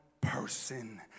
person